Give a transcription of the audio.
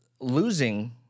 losing